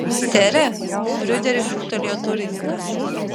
sere bruderiui šūktelėjo durininkas